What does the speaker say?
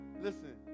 listen